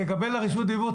תקבל רשות דיבור.